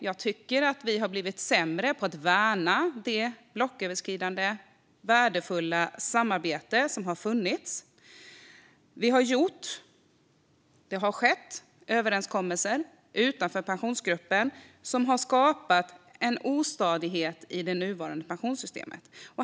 Jag tycker att vi har blivit sämre på att värna det blocköverskridande värdefulla samarbete som har funnits, och det har skett överenskommelser utanför Pensionsgruppen som har skapat en ostadighet i det nuvarande pensionssystemet.